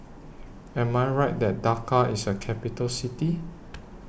Am I Right that Dhaka IS A Capital City